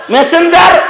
Messenger